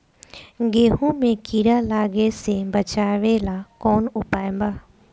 गेहूँ मे कीड़ा लागे से बचावेला कौन उपाय बा?